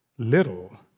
Little